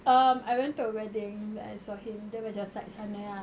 um I went to a wedding then I saw him dia macam side sana ah